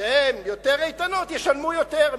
שהן יותר איתנות ישלמו יותר,